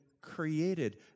created